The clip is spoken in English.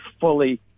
fully